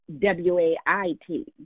W-A-I-T